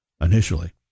initially